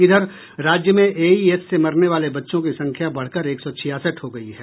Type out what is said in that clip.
इधर राज्य में एईएस से मरने वाले बच्चों की संख्या बढ़कर एक सौ अड़सठ हो गयी है